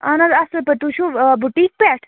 اَہَن حظ اَصٕل پٲٹھۍ تُہۍ چھُو بٹیٖک پٮ۪ٹھ